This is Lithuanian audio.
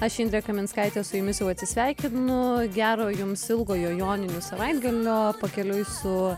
aš indrė kaminskaitė su jumis jau atsisveikinu gero jums ilgojo joninių savaitgalio pakeliui su